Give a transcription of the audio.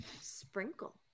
Sprinkle